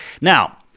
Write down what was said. Now